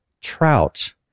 Trout